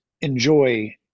enjoy